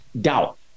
doubt